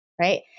right